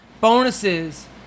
bonuses